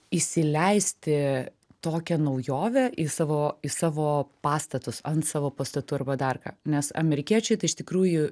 įsileisti tokią naujovę į savo į savo pastatus ant savo pastatų arba dar ką nes amerikiečiai tai iš tikrųjų